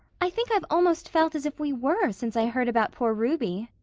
i think i've almost felt as if we were since i heard about poor ruby,